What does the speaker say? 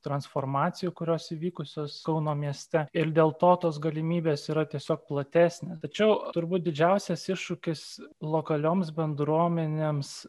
transformacijų kurios įvykusios kauno mieste ir dėl to tos galimybės yra tiesiog platesnės tačiau turbūt didžiausias iššūkis lokalioms bendruomenėms